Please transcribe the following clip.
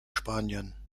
spanien